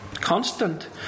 Constant